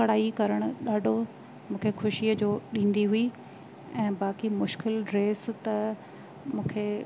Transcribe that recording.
कढ़ाई करण ॾाढो मूंखे ख़ुशीअ जो ॾींदी हुई ऐं बाक़ी मुश्किलु ड्रेस त मूंखे